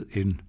en